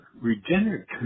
regenerative